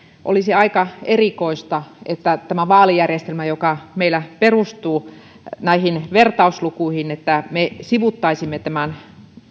olisi aika erikoista kun meillä tämä vaalijärjestelmä perustuu näihin vertauslukuihin että me sivuuttaisimme tämän